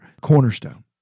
cornerstone